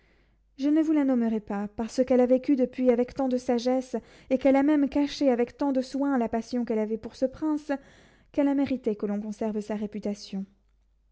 je ne vous la nommerai pas parce qu'elle a vécu depuis avec tant de sagesse et qu'elle a même caché avec tant de soin la passion qu'elle avait pour ce prince qu'elle a mérité que l'on conserve sa réputation